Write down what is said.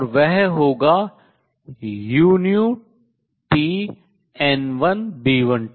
और वह होगा uTN1B12